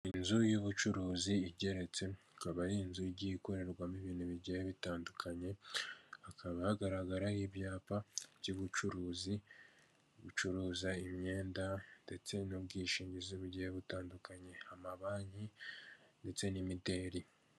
Inzu y'ubucuruzi igeretse ikaba ari inzu ikorerwamo ibintu bigiye bitandukanye hakaba hagaragara ibyapa by'ubucuruzi bucuruza imyenda ndetse n'ubwishingizi bugiye butandukanye, amabanki ndetse n'imideri.